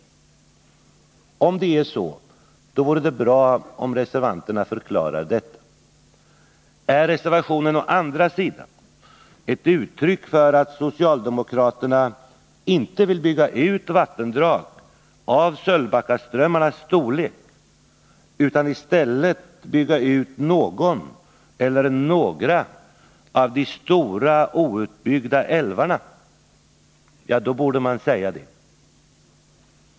Om det är så, vore det bra om reservanterna förklarade detta. Är reservationen å andra sidan ett uttryck för att socialdemokraterna inte vill bygga ut vattendrag av Sölvbackaströmmarnas storlek utan i stället vill bygga ut någon eller några av de stora, outbyggda älvarna, då borde socialdemokraterna säga det.